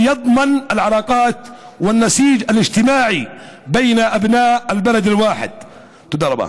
שמבטיחה את היחסים והמרקם החברתי בין בני היישוב האחד.) תודה רבה.